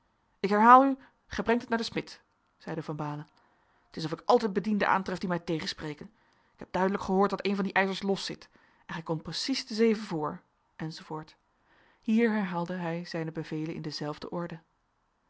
ik herhaal u gij brengt het naar den smid zeide van baalen t is of ik altijd bedienden aantref die mij tegenspreken ik heb duidelijk gehoord dat een van die ijzers los zit en gij komt precies te zeven voor enz hier herhaalde bij zijne bevelen in dezelfde orde